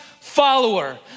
follower